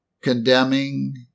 condemning